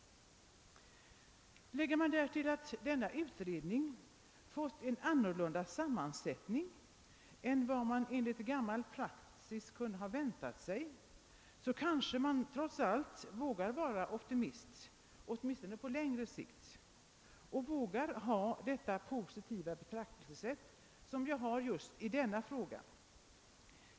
Lägger man därtill att denna utredning fått en annan sammansättning än vad man enligt gammal praxis kunde ha väntat sig, kommer man kanske fram till att man vågar vara optimist åtminstone på längre sikt — och kan anlägga det positiva betraktelsesätt som jag har i denna fråga.